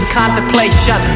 contemplation